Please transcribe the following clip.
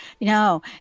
no